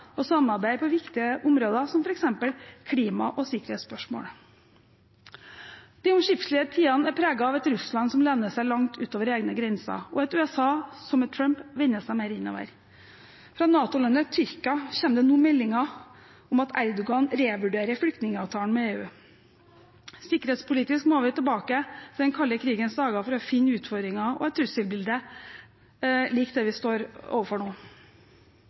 og samarbeid på viktige områder som f.eks. klima- og sikkerhetsspørsmål. De omskiftelige tidene er preget av et Russland som lener seg langt utover egne grenser, og et USA som med Trump vender seg mer innover. Fra NATO-landet Tyrkia kommer det nå meldinger om at Erdogan revurderer flyktningavtalen med EU. Sikkerhetspolitisk må vi tilbake til den kalde krigens dager for å finne utfordringer og et trusselbilde likt det vi står overfor nå.